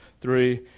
Three